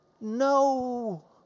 no